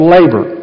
Labor